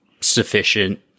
sufficient